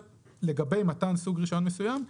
לגבי מתן סוג רישיון מסוים,